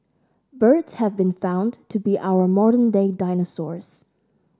birds have been found to be our modern day dinosaurs